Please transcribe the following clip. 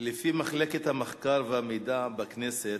לפי מחלקת המחקר והמידע בכנסת,